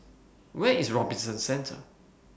Where IS Robinson Centre